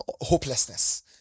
hopelessness